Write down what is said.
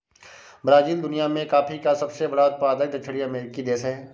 Brazil दुनिया में coffee का सबसे बड़ा उत्पादक दक्षिणी अमेरिकी देश है